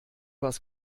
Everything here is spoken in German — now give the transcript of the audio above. was